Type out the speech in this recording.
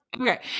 Okay